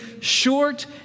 short